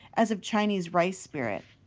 as of chinese rice-spirit.